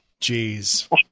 Jeez